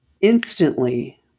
instantly